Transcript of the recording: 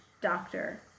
doctor